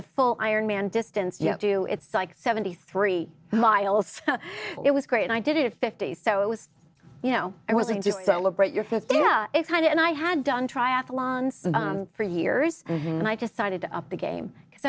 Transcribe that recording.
the full iron man distance you do it's like seventy three miles it was great and i did it fifty so it was you know it wasn't just celebrate your fifth it's kind of and i had done triathlons for years and i decided to up the game because